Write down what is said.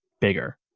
bigger